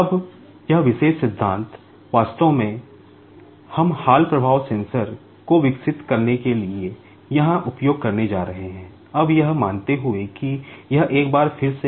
अब यह विशेष सिद्धांत वास्तव में हम हॉल प्रभाव सेंसर